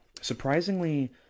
Surprisingly